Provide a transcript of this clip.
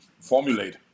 formulate